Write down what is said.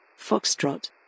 foxtrot